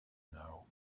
know